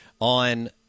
on